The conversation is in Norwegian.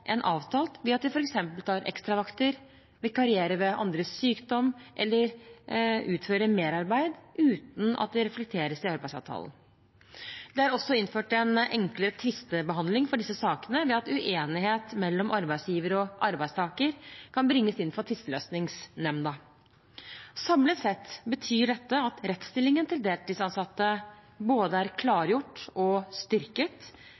avtalt ved at de f.eks. tar ekstravakter, vikarierer ved andres sykdom eller utfører merarbeid, uten at det reflekteres i arbeidsavtalen. Det er også innført en enklere tvistebehandling for disse sakene ved at uenighet mellom arbeidsgiver og arbeidstaker kan bringes inn for tvisteløsningsnemnda. Samlet sett betyr dette at rettsstillingen til deltidsansatte både er klargjort og styrket,